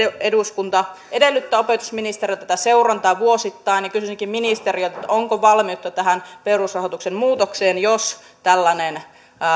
eduskunta edellyttää opetusministeriöltä seurantaa vuosittain kysyisinkin ministeriltä onko valmiutta perusrahoituksen muutokseen jos tällainen